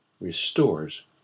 restores